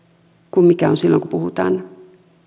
kuin se kun puhutaan